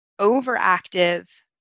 overactive